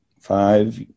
five